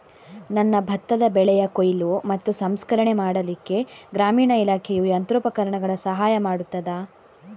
ನನ್ನ ಭತ್ತದ ಬೆಳೆಯ ಕೊಯ್ಲು ಮತ್ತು ಸಂಸ್ಕರಣೆ ಮಾಡಲಿಕ್ಕೆ ಗ್ರಾಮೀಣ ಇಲಾಖೆಯು ಯಂತ್ರೋಪಕರಣಗಳ ಸಹಾಯ ಮಾಡುತ್ತದಾ?